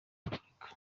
afurika